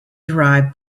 derived